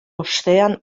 ostean